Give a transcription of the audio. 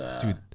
Dude